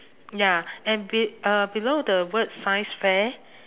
ya and be~ uh below the words science fair